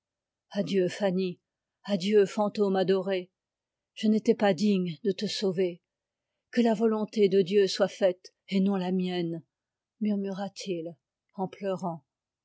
adieu fanny adieu fantôme adoré je n'étais pas digne de te sauver que la volonté de dieu soit faite et non la mienne murmura-t-il en pleurant